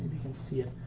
can see it,